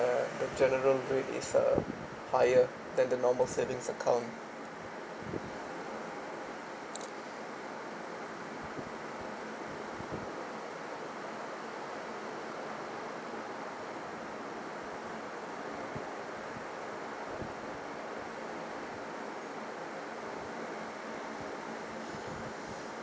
the general rate is uh higher than the normal savings account